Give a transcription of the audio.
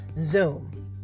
Zoom